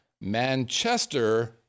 Manchester